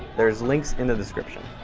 there's links in the descriptions.